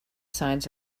signs